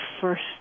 first